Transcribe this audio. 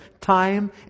time